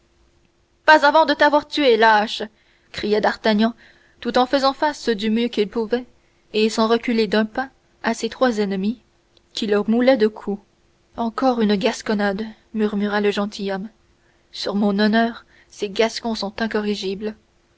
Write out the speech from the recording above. pas avant de t'avoir tué lâche criait d'artagnan tout en faisant face du mieux qu'il pouvait et sans reculer d'un pas à ses trois ennemis qui le moulaient de coups encore une gasconnade murmura le gentilhomme sur mon honneur ces gascons sont incorrigibles